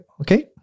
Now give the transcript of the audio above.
okay